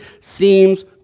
seems